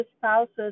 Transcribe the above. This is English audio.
spouses